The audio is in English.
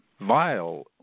vile